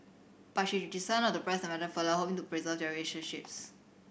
but she decided not to press the matter further hoping to preserve their relationships